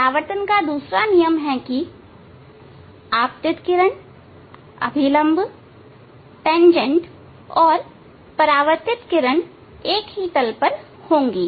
परावर्तन का दूसरा नियम है कि आपतित किरण अभिलंब तेंजेंट और परावर्तित किरण एक ही तल पर होंगी